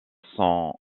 sans